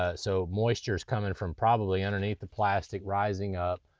ah so moisture's coming from probably underneath the plastic, rising up.